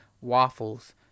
waffles